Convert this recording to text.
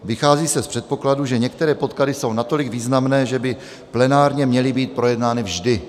Vychází se z předpokladu, že některé podklady jsou natolik významné, že by plenárně měly být projednány vždy.